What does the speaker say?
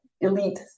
elite